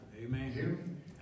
Amen